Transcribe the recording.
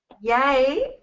Yay